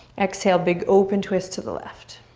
exhale, big open twist to the left.